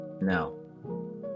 No